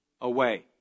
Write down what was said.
away